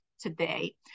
today